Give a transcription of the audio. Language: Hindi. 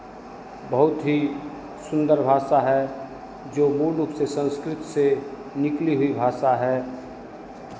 बहुत ही सुंदर भाषा है जो मूल रूप से संस्कृत से निकली हुई भाषा है